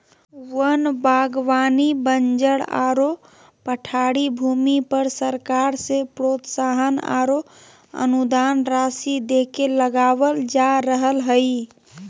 वन बागवानी बंजर आरो पठारी भूमि पर सरकार से प्रोत्साहन आरो अनुदान राशि देके लगावल जा रहल हई